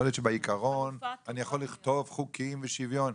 יכול להיות שבעקרון אני יכול לכתוב חוקים ושוויון